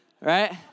right